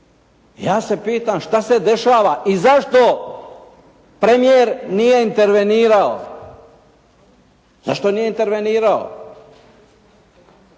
Ja se pitam šta se dešava i zašto premijer nije intervenirao, zašto nije intervenirao,